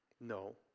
No